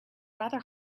rather